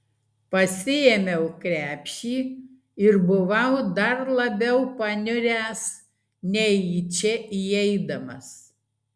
pasiėmiau krepšį ir buvau dar labiau paniuręs nei į čia įeidamas